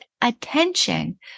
attention